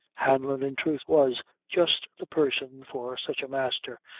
hanlon, in truth, was just the person for such a master,